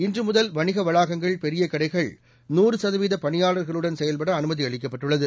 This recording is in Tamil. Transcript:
இன்று முதல் வணிக வளாகங்கள் பெரிய கடைகள் நூறு சதவீத பணியாளர்களுடன் செயல்பட அனுமதி அளிக்கப்பட்டுள்ளது